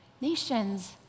nations